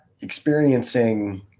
experiencing